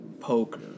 Poker